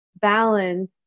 balance